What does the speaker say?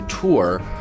tour